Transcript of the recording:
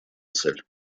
цель